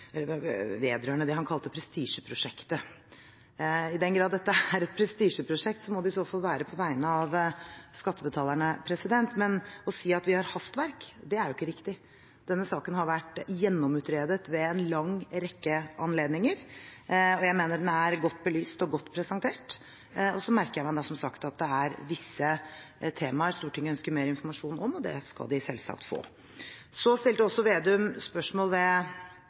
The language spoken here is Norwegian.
vedrørende det han kalte prestisjeprosjektet. I den grad dette er et prestisjeprosjekt, må det i så fall være på vegne av skattebetalerne, men å si at vi har hastverk, er jo ikke riktig. Denne saken har vært gjennomutredet ved en lang rekke anledninger, og jeg mener den er godt belyst og godt presentert. Jeg merker meg som sagt at det er visse temaer Stortinget ønsker mer informasjon om, og det skal de selvsagt få. Slagsvold Vedum stilte også spørsmål om noen IKT-kostnader, og når det